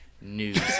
news